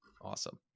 awesome